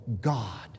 God